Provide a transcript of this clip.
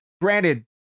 granted